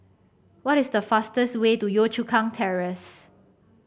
what is the fastest way to Yio Chu Kang Terrace